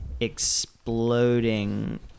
exploding